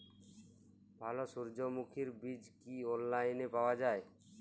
ভালো সূর্যমুখির বীজ কি অনলাইনে পাওয়া যায়?